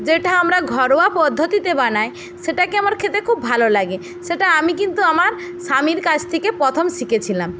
যেটা আমরা ঘরোয়া পদ্ধতিতে বানাই সেটাকে আমার খেতে খুব ভালো লাগে সেটা আমি কিন্তু আমার স্বামীর কাছ থেকে প্রথম শিখেছিলাম